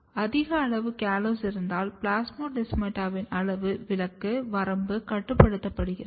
அதிக அளவு காலோஸ் இருந்தால் பிளாஸ்மோடெஸ்மாட்டாவின் அளவு விலக்கு வரம்பு கட்டுப்படுத்தப்படுகிறது